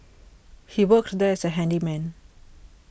he worked there as a handyman